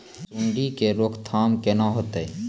सुंडी के रोकथाम केना होतै?